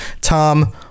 Tom